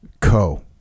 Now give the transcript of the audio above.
co